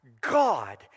god